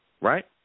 right